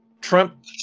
Trump